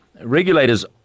Regulators